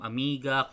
Amiga